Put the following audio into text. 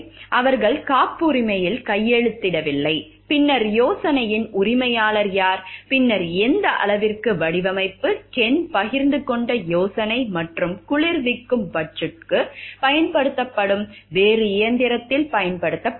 அவர்கள் காப்புரிமையில் கையெழுத்திடவில்லை பின்னர் யோசனையின் உரிமையாளர் யார் பின்னர் எந்த அளவிற்கு வடிவமைப்பு கென் பகிர்ந்து கொண்ட யோசனை மற்றும் குளிர்விக்கும் ஃபட்ஜுக்குப் பயன்படுத்தப்படும் வேறு இயந்திரத்தில் பயன்படுத்தப்பட்டது